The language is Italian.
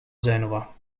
genova